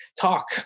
talk